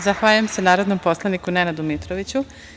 Zahvaljujem se narodnom poslaniku Nenadu Mitroviću.